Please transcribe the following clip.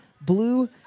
Blue